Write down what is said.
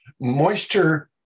Moisture